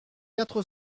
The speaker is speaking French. quatre